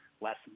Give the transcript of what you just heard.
less